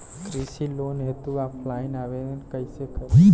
कृषि लोन हेतू ऑफलाइन आवेदन कइसे करि?